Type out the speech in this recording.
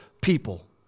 people